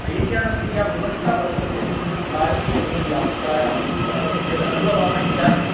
रेल्यानस्य या व्यवस्था वर्तते भारतीयरेल्यात्रायां यद् अनुभवामः इदानीं